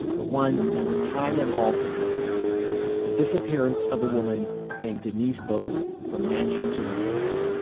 the one that would tie them all together the disappearance of a woman named denise beaudin from manchester, new hampshire